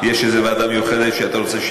יש איזה ועדה מיוחדת שאתה רוצה?